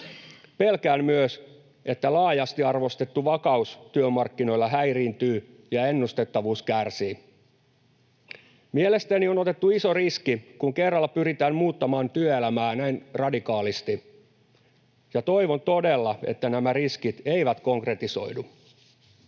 Pelkään myös, että laajasti arvostettu vakaus työmarkkinoilla häiriintyy ja ennustettavuus kärsii. Mielestäni on otettu iso riski, kun kerralla pyritään muuttamaan työelämää näin radikaalisti. Toivon todella, että nämä riskit eivät konkretisoidu.